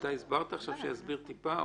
אתה הסברת, עכשיו שיסביר טיפה.